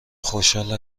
خوشحال